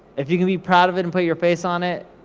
if you can be proud of it and put your face on it,